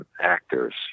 actors